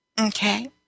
Okay